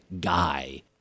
guy